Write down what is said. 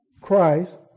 Christ